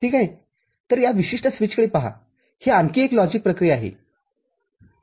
तरया विशिष्ट स्विचकडे पहा हे आणखी एक लॉजिक प्रक्रिया आहे